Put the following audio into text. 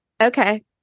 okay